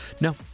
No